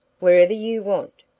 wherever you want.